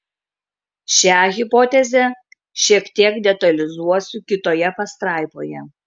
šią hipotezę šiek tiek detalizuosiu kitoje pastraipoje